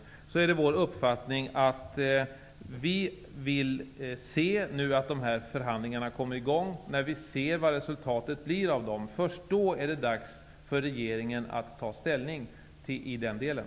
Det är vår uppfattning att vi vill se att förhandlingarna kommer i gång. Först när vi ser resultatet av dem är det dags för regeringen att ta ställning i den delen.